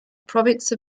province